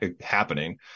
happening